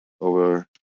over